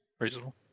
Reasonable